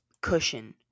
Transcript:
cushion